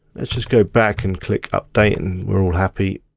let's just go back and click update and we're all happy.